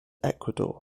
ecuador